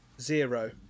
Zero